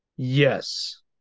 Yes